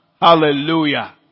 Hallelujah